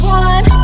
one